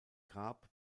grab